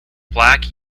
black